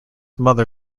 mother